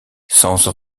sens